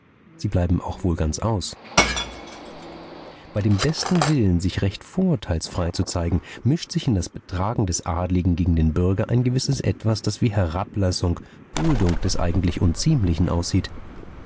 sie bleiben auch wohl ganz aus bei dem besten willen sich recht vorurteilsfrei zu zeigen mischt sich in das betragen des adligen gegen den bürger ein gewisses etwas das wie herablassung duldung des eigentlich unziemlichen aussieht